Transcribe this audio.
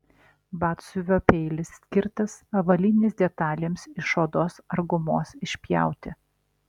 batsiuvio peilis skirtas avalynės detalėms iš odos ar gumos išpjauti